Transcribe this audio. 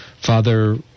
father